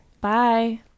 Bye